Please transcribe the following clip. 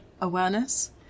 awareness